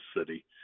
city